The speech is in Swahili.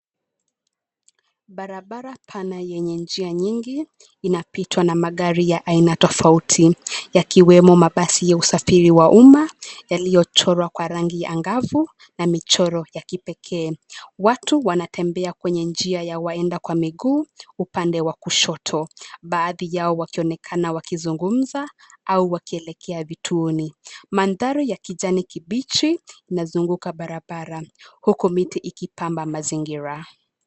Barabara pana yenye njia nyingi inapitwa na magari ya aina tofauti yakiwemo mabasi ya usafiri wa umma yaliyochorwa kwa rangi ya ngavu na michoro ya kipekee. Watu wanatembea kwenye njia ya waenda kwa miguu upande wa kushoto, baadhi yao wakionekana wakizungumza au wakielekea vituoni. Mandhari ya kijani kibichi inazunguka barabara huku miti ikipamba mazingira.